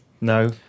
No